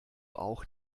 auch